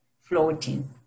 floating